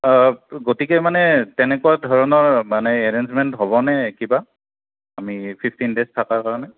অঁ গতিকে মানে তেনেকুৱা ধৰণৰ মানে এৰেঞ্জমেণ্ট হ'বনে কিবা আমি ফিফটিন দেইজ থকাৰ কাৰণে